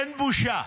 אין בושה.